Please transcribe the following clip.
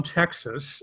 texas